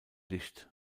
licht